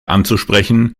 anzusprechen